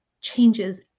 changes